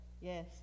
yes